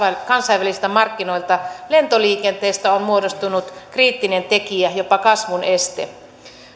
kansainvälisillä markkinoilla lentoliikenteestä on muodostunut kriittinen tekijä jopa kasvun este